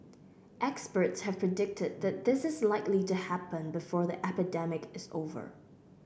experts have predicted that this is likely to happen before the epidemic is over